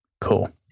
cool